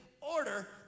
order